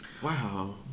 Wow